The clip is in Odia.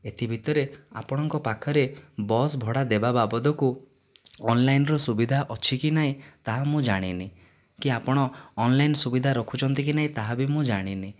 ଏଥି ଭିତରେ ଆପଣଙ୍କ ପାଖରେ ବସ୍ ଭଡ଼ା ଦେବା ବାବଦକୁ ଅନ୍ଲାଇନ୍ର ସୁବିଧା ଅଛି କି ନାହିଁ ତାହା ମୁଁ ଜାଣିନି କି ଆପଣ ଅନ୍ଲାଇନ୍ ସୁବିଧା ରଖୁଛନ୍ତି କି ନାହିଁ ତାହା ବି ମୁଁ ଜାଣିନି